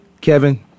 Kevin